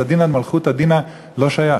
אז דינא דמלכותא דינא לא שייך,